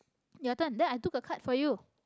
your turn there i took a card for you